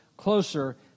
closer